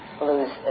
lose